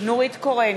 נורית קורן,